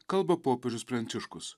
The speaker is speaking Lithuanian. kalba popiežius pranciškus